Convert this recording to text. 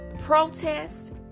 protest